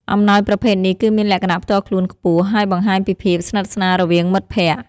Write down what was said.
អំណោយប្រភេទនេះគឺមានលក្ខណៈផ្ទាល់ខ្លួនខ្ពស់ ហើយបង្ហាញពីភាពស្និទ្ធស្នាលរវាងមិត្តភក្តិ។